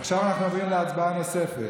עכשיו אנחנו עוברים להצבעה נוספת,